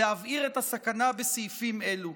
להבהיר את הסכנה בסעיפים אלו.